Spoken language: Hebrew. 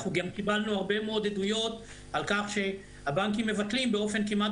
אנחנו גם קיבלנו הרבה מאוד עדויות על כך שהבנקים מבטלים באופן כמעט